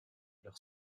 leur